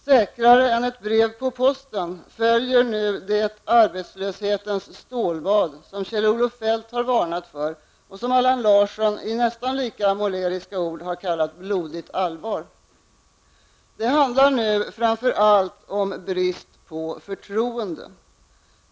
Säkrare än ett brev på posten följer nu det arbetslöshetens stålbad som Kjell-Olof Feldt har varnat för och som Allan Larsson i nästan lika måleriska ord har kallat blodigt allvar. Det handlar nu framför allt om brist på förtroende.